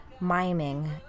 miming